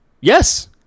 Yes